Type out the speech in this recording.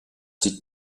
die